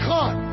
God